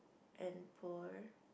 and poor